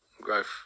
growth